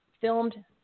filmed